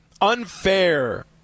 unfair